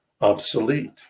obsolete